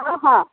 ହଁ ହଁ